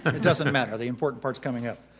and it doesn't matter. the important part is coming up.